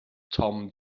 tom